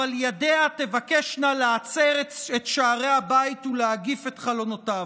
אבל ידיה תבקשנה להצר את שערי הבית ולהגיף את חלונותיו,